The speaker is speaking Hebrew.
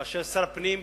כאשר שר הפנים,